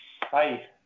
hi